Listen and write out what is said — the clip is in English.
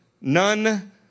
none